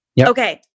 Okay